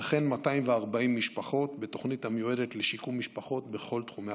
וכן 240 משפחות בתוכנית המיועדת לשיקום משפחות בכל תחומי החיים.